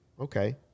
Okay